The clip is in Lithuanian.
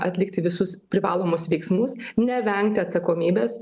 atlikti visus privalomus veiksmus nevengti atsakomybės